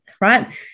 right